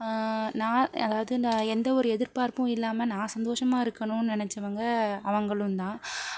நான் அதாவது நான் எந்தவொரு எதிர்பார்ப்பும் இல்லாமல் நான் சந்தோஷமாக இருக்கணுன்னு நினச்சவங்க அவங்களும்தான்